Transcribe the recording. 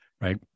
Right